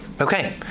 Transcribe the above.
Okay